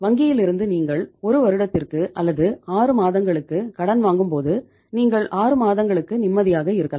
வங்கியிலிருந்து நீங்கள் ஒரு வருடத்திற்கு அல்லது ஆறுமாதங்களுக்கு கடன் வாங்கும்போது நீங்கள் ஆறுமாதங்களுக்கு நிம்மதியாக இருக்கலாம்